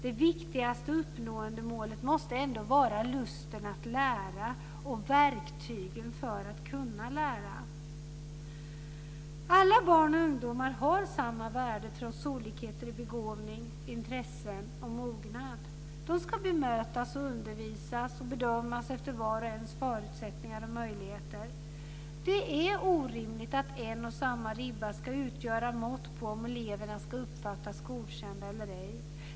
Det viktigaste målet att uppnå måste ändå vara lusten att lära och verktygen för att kunna lära. Alla barn och ungdomar har samma värde trots olikheter i begåvning, intressen och mognad. De ska bemötas, undervisas och bedömas efter vars och ens förutsättningar och möjligheter. Det är orimligt att en och samma ribba ska utgöra mått på om eleverna ska uppfattas som godkända eller ej.